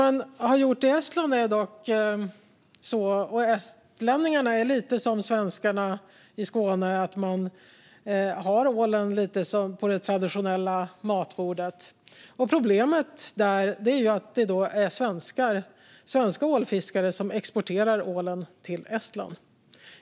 Men estländarna är lite som svenskarna i Skåne när det gäller att ålen finns med på det traditionella julbordet. Problemet är nu att svenska ålfiskare exporterar ål till Estland.